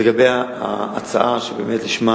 לגבי ההצעה שלשמה